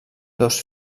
dos